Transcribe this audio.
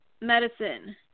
medicine